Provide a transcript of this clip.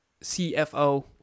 CFO